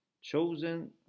chosen